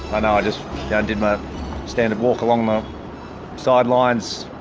i know i just yeah did my standard walk along the sidelines,